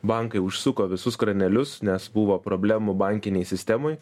bankai užsuko visus kranelius nes buvo problemų bankinėj sistemoj